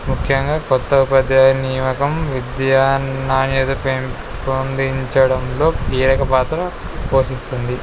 ముఖ్యంగా క్రొత్త ఉపాధ్యాయ నియామకం విద్యా నాణ్యత పెంపొందించడంలో కీలక పాత్ర పోషిస్తుంది